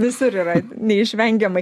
visur yra neišvengiamai